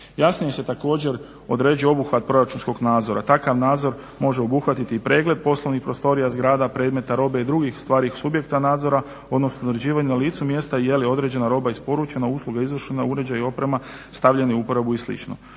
Jasnije se također određuje obuhvat proračunskog nadzora. Takav nadzor može obuhvatiti i pregled poslovnih prostorija, zgrada, predmeta, robe i drugih stvari subjekta nadzora, odnosno određivanje na licu mjesta je li određena roba isporučena, usluga izvršena, uređaj i oprema stavljeni u uporabu i